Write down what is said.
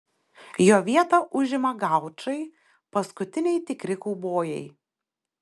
jo vietą užima gaučai paskutiniai tikri kaubojai